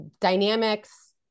dynamics